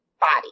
body